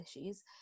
issues